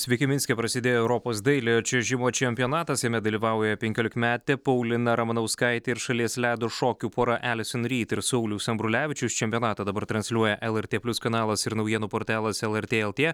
sveiki minske prasidėjo europos dailiojo čiuožimo čempionatas jame dalyvauja penkiolikmetė paulina ramanauskaitė ir šalies ledo šokių pora elison ryd ir saulius ambrulevičius čempionatą dabar transliuoja lrt plius kanalas ir naujienų portalas lrt lt